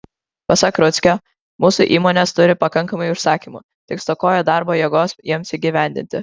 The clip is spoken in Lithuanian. pasak rudzkio mūsų įmonės turi pakankamai užsakymų tik stokoja darbo jėgos jiems įgyvendinti